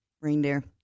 reindeer